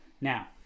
Now